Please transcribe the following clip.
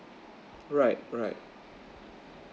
right right